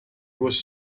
was